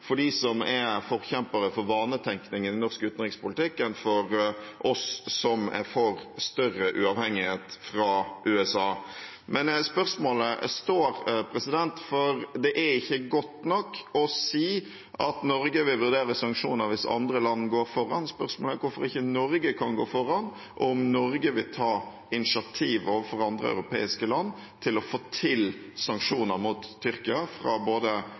for dem som er forkjempere for vanetenkning i norsk utenrikspolitikk, enn for oss som er for større uavhengighet fra USA. Men spørsmålet står, for det er ikke godt nok å si at Norge vil vurdere sanksjoner hvis andre land går foran. Spørsmålet er hvorfor ikke Norge kan gå foran, og om Norge vil ta initiativ overfor andre europeiske land til å få til sanksjoner mot Tyrkia fra både